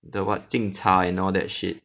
the what 敬茶 and all that shit